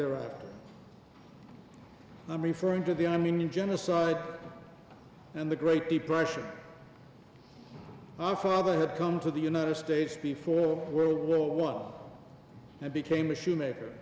thereafter i'm referring to the armenian genocide and the great depression my father had come to the united states before world war one and became a shoemaker